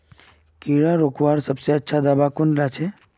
कीड़ा रोकवार सबसे अच्छा दाबा कुनला छे?